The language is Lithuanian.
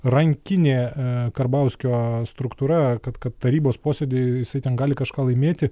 rankinė karbauskio struktūra kad kad tarybos posėdy jisai ten gali kažką laimėti